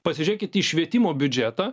pasižiūrėkit į švietimo biudžetą